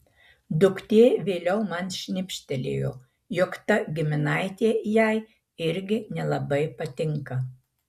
duktė vėliau man šnibžtelėjo jog ta giminaitė jai irgi nelabai patinka